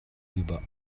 über